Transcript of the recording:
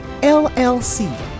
LLC